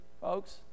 folks